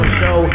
show